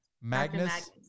Magnus